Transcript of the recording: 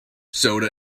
soda